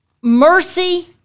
mercy